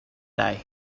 day